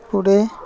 पुढे